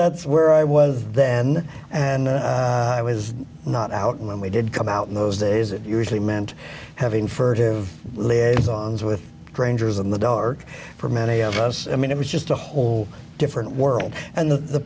that's where i was then and i was not out and when we did come out in those days it usually meant having furtive liaisons with strangers in the dark for many of us i mean it was just a whole different world and the